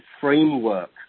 framework